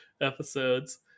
episodes